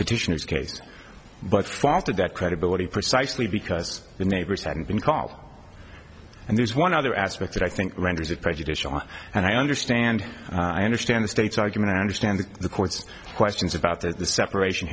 petitioner's case but fostered that credibility precisely because the neighbors hadn't been call and there's one other aspect that i think renders it prejudicial and i understand i understand the state's argument i understand the court's questions about the separation